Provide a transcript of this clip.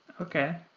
Okay